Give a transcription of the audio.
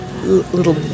little